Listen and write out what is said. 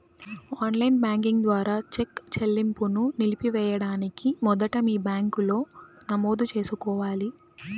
on line banking ద్వారా cheque చెల్లింపును నిలిపివేయడానికి మొదట మీ బ్యాంకులో నమోదు చేసుకోవాలి